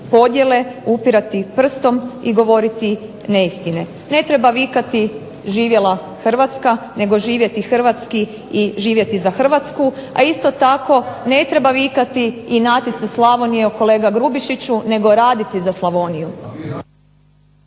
podijele, upirati prstom i govoriti neistine. Ne treba vikati živjela Hrvatska, nego živjeti Hrvatski i živjeti za Hrvatsku, a isto tako ne treba vikati "Inati se Slavonijo" kolega Grubišiću nego raditi za Slavoniju.